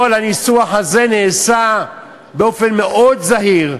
כל הניסוח הזה נעשה באופן מאוד זהיר,